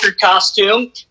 costume